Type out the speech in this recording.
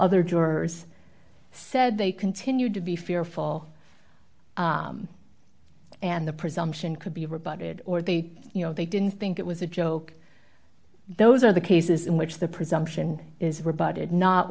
other jurors said they continued to be fearful and the presumption could be rebutted or they you know they didn't think it was a joke those are the cases in which the presumption is